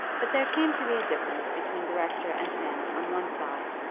but there came to be a difference between the rector and fanny on one side,